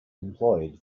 employed